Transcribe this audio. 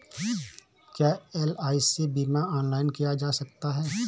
क्या एल.आई.सी बीमा ऑनलाइन किया जा सकता है?